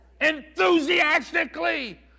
Enthusiastically